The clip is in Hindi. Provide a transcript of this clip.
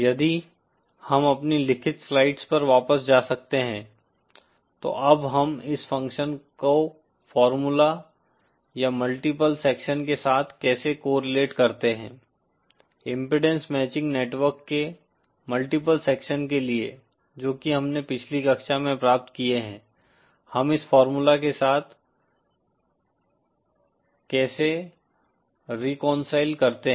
यदि हम अपनी लिखित स्लाइड्स पर वापस जा सकते हैं तो अब हम इस फ़ंक्शन को फार्मूला या मल्टीप्ल सेक्शन के साथ कैसे कोरिलेट करते हैं इम्पीडेन्स मैचिंग नेटवर्क के मल्टीप्ल सेक्शन के लिए जो की हमने पिछली कक्षा में प्राप्त किए हैं हम इस फार्मूला के साथ कैसे रिकोंसिल करते हैं